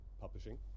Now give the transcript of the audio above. publishing